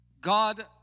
God